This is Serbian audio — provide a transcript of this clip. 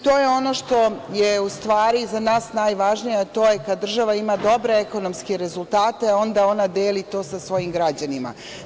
To je ono što je u stvari za nas najvažnije, a to je da kad država ima dobre ekonomske rezultate onda ona deli to sa svojim građanima.